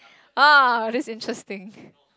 !oh! this interesting